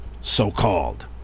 so-called